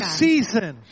season